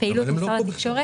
פעילות משרד התקשורת.